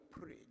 pray